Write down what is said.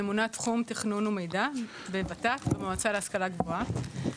ממונה תחום תכנון ומידע בוות"ת המועצה להשכלה גבוהה.